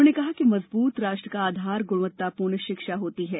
उन्होंने कहा कि मजबूत राष्ट्र का आधार गुणवत्ता पूर्ण शिक्षा होती है